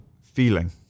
feeling